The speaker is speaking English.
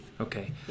Okay